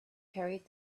carried